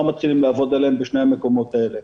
מתחילים לעבוד עליהם בשני המקומות האלה.